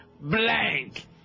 Blank